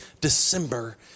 December